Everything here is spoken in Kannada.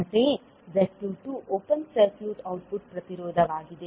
ಅಂತೆಯೇ z22 ಓಪನ್ ಸರ್ಕ್ಯೂಟ್ ಔಟ್ಪುಟ್ ಪ್ರತಿರೋಧವಾಗಿದೆ